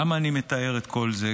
למה אני מתאר את כל זה?